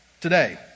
today